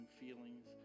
feelings